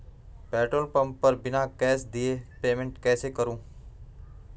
Petrol pump पर बिना cash दिए पेमेंट कैसे करूँ?